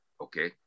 okay